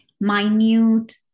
minute